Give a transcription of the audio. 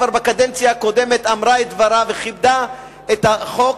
כבר בקדנציה הקודמת אמרה את דברה וחידדה את החוק.